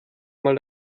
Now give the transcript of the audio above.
mal